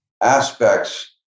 aspects